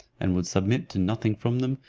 and would submit to nothing from them,